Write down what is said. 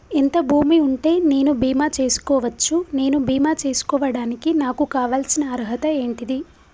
ఎంత భూమి ఉంటే నేను బీమా చేసుకోవచ్చు? నేను బీమా చేసుకోవడానికి నాకు కావాల్సిన అర్హత ఏంటిది?